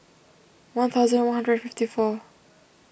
one thousand one hundred and fifty four